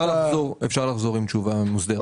אפשר לחזור עם תשובה מוסדרת.